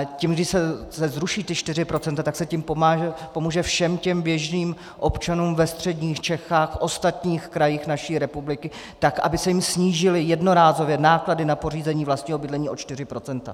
Tím, když se zruší ta 4 %, tak se tím pomůže všem těm běžným občanům ve středních Čechách, v ostatních krajích naší republiky, tak aby se jim snížily jednorázově náklady na pořízení vlastního bydlení o 4 %.